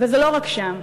וזה לא רק שם.